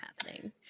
happening